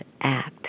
act